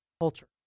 culture